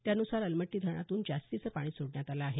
त्यानुसार अलमट्टी धरणातून जास्तीचं पाणी सोडण्यात आलं आहे